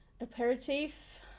aperitif